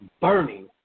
burning